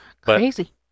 Crazy